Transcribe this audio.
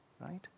Right